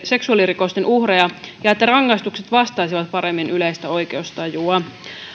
seksuaalirikosten uhreja ja jotta rangaistukset vastaisivat paremmin yleistä oikeustajua